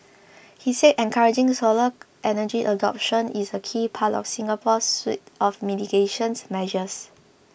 he said encouraging solar energy adoption is a key part of Singapore's suite of mitigations measures